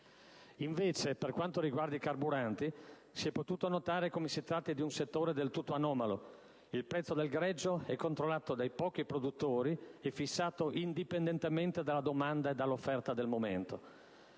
Invece, per quanto riguarda i carburanti, si è potuto notare come si tratti di un settore del tutto anomalo. Il prezzo del greggio è controllato dai pochi produttori e fissato indipendentemente dalla domanda e dall'offerta del momento.